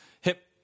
Hip